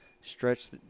stretch